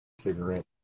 cigarette